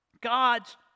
God's